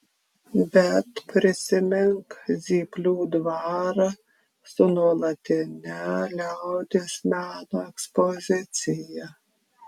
bet prisimink zyplių dvarą su nuolatine liaudies meno ekspozicija